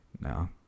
No